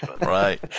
Right